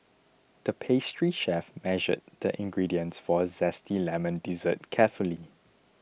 the pastry chef measured the ingredients for a Zesty Lemon Dessert carefully